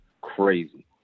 crazy